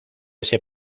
ese